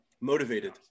motivated